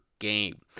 Game